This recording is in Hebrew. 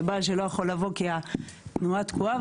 ובעל שלא יכול לבוא כי התנועה תקועה.